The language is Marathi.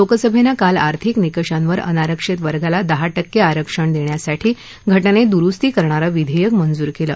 लोकसभेनं काल आर्थिक निकषांवर अनारक्षित वर्गाला दहा टक्के आरक्षण देण्यासाठी घटनेत दुरुस्ती करणारं विधेयक मंजूर केलं